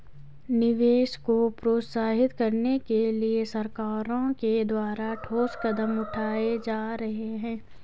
निवेश को प्रोत्साहित करने के लिए सरकारों के द्वारा ठोस कदम उठाए जा रहे हैं